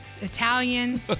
Italian